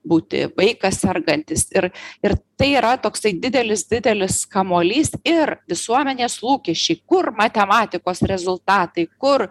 būti vaikas sergantis ir ir tai yra toksai didelis didelis kamuolys ir visuomenės lūkesčiai kur matematikos rezultatai kur